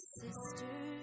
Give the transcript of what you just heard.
sister's